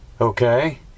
Okay